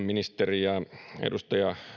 ministeri edustaja